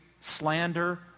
slander